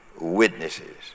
witnesses